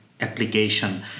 application